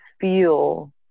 feel